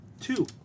two